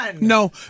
No